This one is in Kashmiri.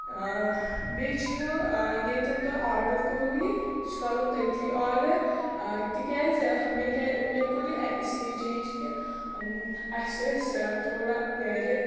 بیٚیہِ چھُ آ ییٚتٮ۪ن تۄہہِ آرڈَر کوٚروٕ یہِ یہِ چھُ کَرُن تٔتھٕے آرڈَر تِکیٛازِ مےٚ کیٛاہ مےٚ کوٚر یہِ اِس لیے چینج کہِ اَسہِ ٲسۍ تھوڑا گَرِ